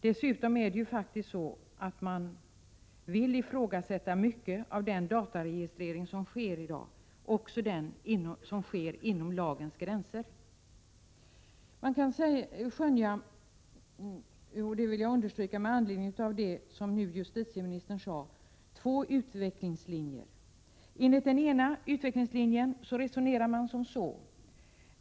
Dessutom vill man ifrågasätta mycket av den dataregistrering som sker i dag, också den som sker inom lagens gränser. Man kan skönja, och det vill jag understryka med anledning av det som justitieministern sade, två utvecklingslinjer. Enligt den ena utvecklingslinjen resonerar man på följande sätt.